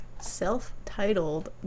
self-titled